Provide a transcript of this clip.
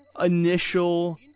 initial